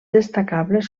destacables